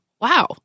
wow